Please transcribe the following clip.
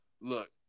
look